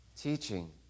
teaching